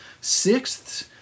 Sixths